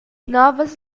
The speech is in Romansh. novas